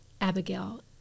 Abigail